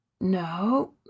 No